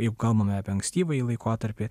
jeigu kalbame apie ankstyvąjį laikotarpį